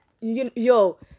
yo